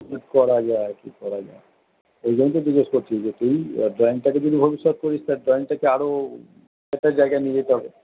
কি করা যায় কি করা যায় ওই জন্যই তো জিজ্ঞেস করছি যে তুই ড্রয়িংটাকে যদি ভবিষ্যৎ করিস তা ড্রয়িংটাকে আরও একটা জায়গায় নিয়ে যেতে হবে